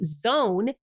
zone